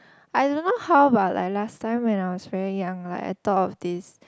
I don't know how but like last time when I was very young like I thought of this